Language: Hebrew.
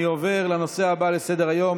אני עובר לנושא הבא בסדר-היום,